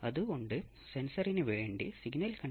എന്താണ് RC phase shift oscillator